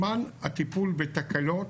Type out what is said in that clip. זמן הטיפול בתקלות